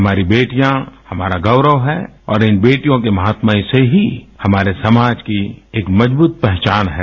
हमारी बेटियाँ हमारा गौरव हैं और इन बेटियों के महात्म से ही हमारे समाज की एक मजबूत पहचान है